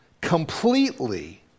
completely